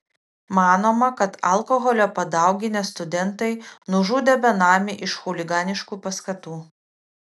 manoma kad alkoholio padauginę studentai nužudė benamį iš chuliganiškų paskatų